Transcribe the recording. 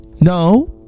No